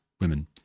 women